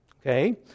okay